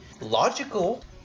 logical